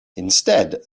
instead